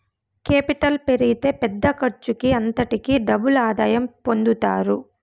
capital పెరిగితే పెద్ద ఖర్చుకి అంతటికీ డబుల్ ఆదాయం పొందుతారు